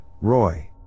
Roy